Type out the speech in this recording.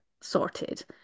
sorted